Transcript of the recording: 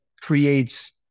creates